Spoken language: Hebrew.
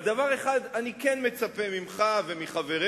אבל דבר אחד אני כן מצפה ממך ומחבריך,